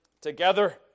together